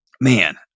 man